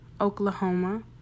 Oklahoma